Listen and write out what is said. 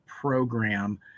program